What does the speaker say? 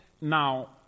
now